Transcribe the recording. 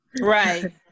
Right